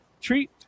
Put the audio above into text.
Treat